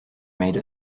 made